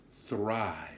thrive